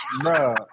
Bro